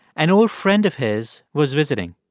an old friend of his was visiting.